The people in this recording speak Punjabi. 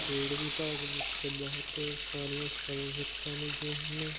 ਖੇਡ ਵਿਭਾਗ ਵਿੱਚ ਬਹੁਤ ਸਾਰੀਆਂ ਸਕੋਲਰਸ਼ਿਪਾਂ ਮਿਲਦੀਆਂ ਹਨ